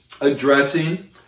addressing